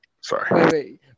sorry